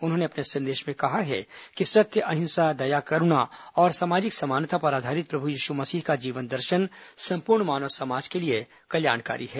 उन्होंने अपने संदेश में कहा है कि सत्य अहिंसा दया करूणा और सामाजिक समानता पर आधारित प्रभू यीशु मसीह का जीवन दर्शन सम्पूर्ण मानव समाज के लिए कल्याणकारी है